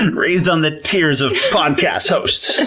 and raised on the tears of podcast hosts!